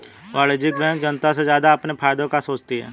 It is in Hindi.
वाणिज्यिक बैंक जनता से ज्यादा अपने फायदे का सोचती है